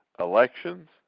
Elections